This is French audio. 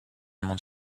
monde